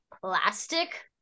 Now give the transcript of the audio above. plastic